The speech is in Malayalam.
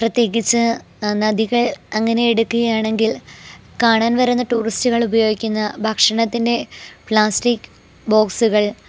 പ്രത്യേകിച്ച് നദികൾ അങ്ങനെ എടുക്കുകയാണെങ്കിൽ കാണാൻ വരുന്ന ടൂറിസ്റ്റുകൾ ഉപയോഗിക്കുന്ന ഭക്ഷണത്തിൻ്റെ പ്ലാസ്റ്റിക് ബോക്സ്കൾ